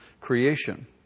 creation